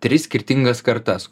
tris skirtingas kartas